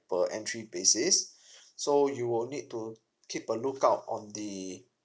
per entry basis so you will need to keep a look out on the